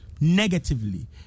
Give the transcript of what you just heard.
negatively